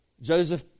Joseph